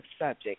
subject